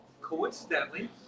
coincidentally